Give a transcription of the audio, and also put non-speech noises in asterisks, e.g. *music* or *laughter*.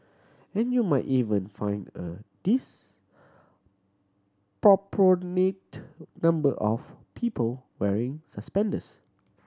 and you might even find a *unintelligible* number of people wearing suspenders